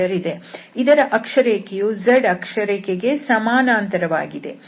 ಇದರ ಅಕ್ಷರೇಖೆಯು z ಅಕ್ಷರೇಖೆ ಗೆ ಸಮಾನಾಂತರವಾಗಿದೆ